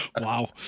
Wow